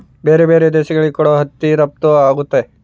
ಬೇರೆ ದೇಶಗಳಿಗೆ ಕೂಡ ಹತ್ತಿ ರಫ್ತು ಆಗುತ್ತೆ